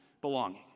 Belonging